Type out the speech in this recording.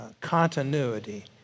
continuity